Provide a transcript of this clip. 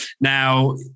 Now